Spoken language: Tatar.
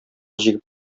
җигеп